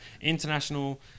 International